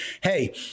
hey